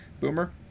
Boomer